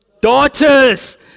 daughters